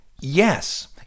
Yes